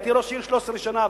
הייתי ראש עיר 13 שנה,